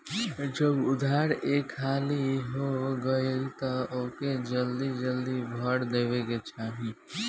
जब उधार एक हाली हो गईल तअ ओके जल्दी जल्दी भर देवे के चाही